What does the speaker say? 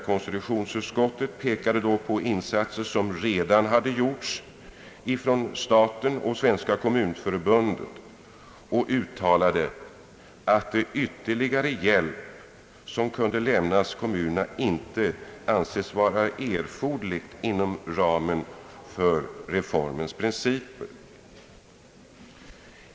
Konstitutionsutskottet pekade på insatser som redan hade gjorts av staten och Svenska kommunförbundet samt uttalade, att behov av ytterligare hjälp, som kunde lämnas kommunerna inom ramen för reformens principer, inte torde föreligga.